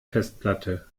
festplatte